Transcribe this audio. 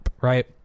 right